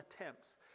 attempts